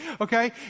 okay